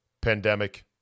Pandemic